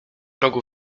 rogu